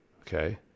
Okay